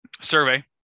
survey